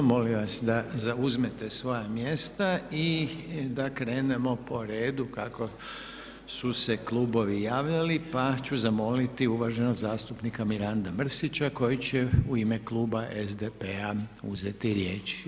Molim vas da zauzmete svoja mjesta i da krenemo po redu kako su se klubovi javljali, pa ću zamoliti uvaženog zastupnika Miranda Mrsića koji će u ime kluba SDP-a uzeti riječ.